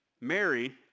Mary